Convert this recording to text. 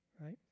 right